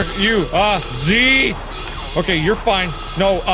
you, ah z okay, you're fine no,